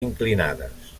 inclinades